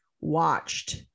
watched